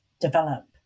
develop